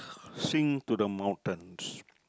sing to the mountains